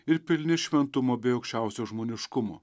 ir pilni šventumo bei aukščiausio žmoniškumo